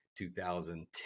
2010